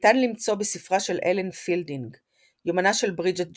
ניתן למצוא בספרה של הלן פילדינג – יומנה של ברידג'ט ג'ונס,